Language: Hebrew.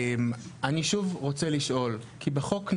אני רוצה לשאול שוב, כי כתוב בחוק.